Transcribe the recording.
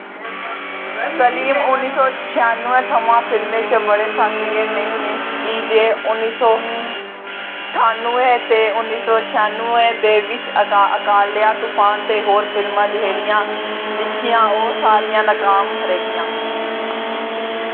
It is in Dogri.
सलीम उन्नी सौ छयानुवैं थमां फिल्में च बड़े सक्रिय नेईं हे की जे उ'नें उन्नी सौ ठानुवैं ते उन्नी सौ छयानुवैं दे बिच्च अकायला तूफान ते होर फिल्मां जेह्ड़ियां लिखियां ओह् सारियां नाकाम रेहियां